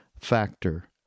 factor